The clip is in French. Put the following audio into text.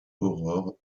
aurore